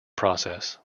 process